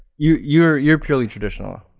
you, you're you're purely traditional.